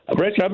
Rich